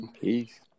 Peace